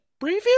preview